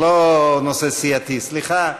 זה לא נושא סיעתי, סליחה.